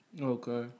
Okay